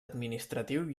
administratiu